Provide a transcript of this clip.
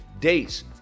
days